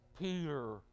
Peter